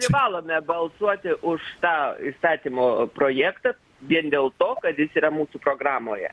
privalome balsuoti už tą įstatymo projektą vien dėl to kad jis yra mūsų programoje